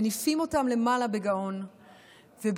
מניפים אותם למעלה בגאון ובאמת